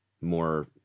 more